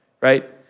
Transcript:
right